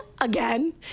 again